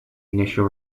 initial